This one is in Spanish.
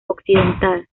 occidental